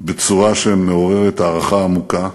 בצורה שמעוררת הערכה עמוקה,